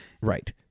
right